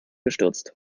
gestürzt